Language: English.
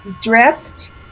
dressed